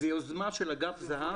זאת יוזמה של אגף זה"ב.